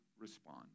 respond